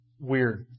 weird